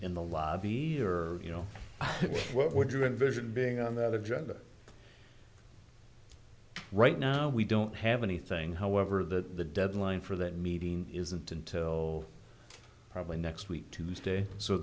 in the lobby or you know what would you envision being on the other gender right now we don't have anything however that the deadline for that meeting isn't until probably next week tuesday so